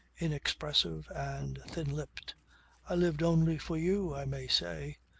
inexpressive and thin-lipped i lived only for you, i may say.